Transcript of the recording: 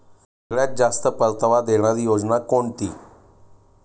सगळ्यात जास्त परतावा देणारी योजना कोणती?